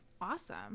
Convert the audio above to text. Awesome